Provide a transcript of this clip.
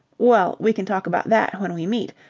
well, we can talk about that when we meet.